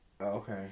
Okay